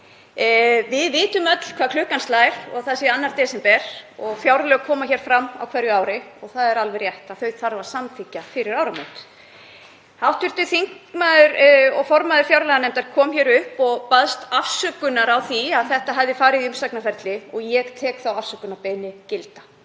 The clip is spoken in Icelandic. Við vitum öll hvað klukkan slær, það er 2. desember og fjárlög koma fram á hverju ári og það er alveg rétt að þau þarf að samþykkja fyrir áramót. Hv. þingmaður og formaður fjárlaganefndar kom hér upp og baðst afsökunar á því að frumvarpið hefði farið í umsagnarferli og ég tek þá afsökunarbeiðni gilda.